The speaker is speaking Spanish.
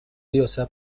diosa